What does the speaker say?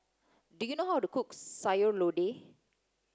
do you know how to cook Sayur Lodeh